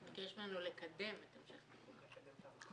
הוא ביקש ממנו לקדם את המשך ביטול החוק.